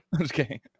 Okay